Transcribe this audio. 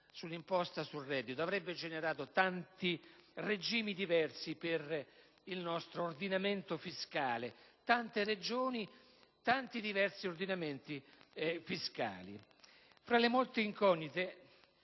sull'imposta sul reddito, che avrebbe generato tanti regimi diversi per il nostro ordinamento fiscale: tante Regioni, altrettanti diversi ordinamenti fiscali. Fra le molte incognite